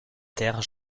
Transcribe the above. terre